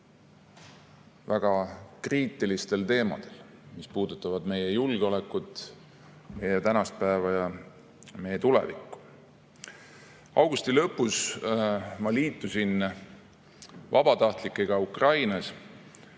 väga kriitilistel teemadel, mis puudutavad meie julgeolekut, meie tänast päeva ja meie tulevikku. Augusti lõpus ma liitusin vabatahtlikega Ukrainas,